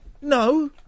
no